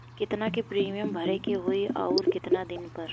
केतना के प्रीमियम भरे के होई और आऊर केतना दिन पर?